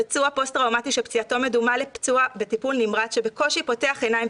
פצוע פוסט-טראומתי שפציעתו מדומה לפצוע בטיפול נמרץ שבקושי פותח עיניים,